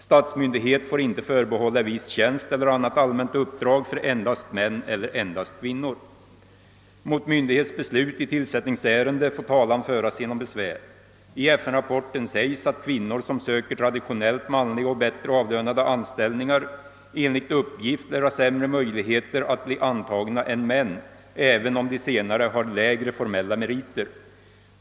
Statsmyndighet får inte förbehålla viss tjänst eller annat allmänt uppdrag för endast män eller endast kvinnor. Mot myndighets beslut i tillsättningsärende får talan föras genom besvär. I FN-rapporten sägs att kvinnor, som söker traditionellt manliga och bättre avlönade anställningar, enligt uppgift lär ha sämre möjligheter att bli antagna än män, även om de senare har lägre formella meriter.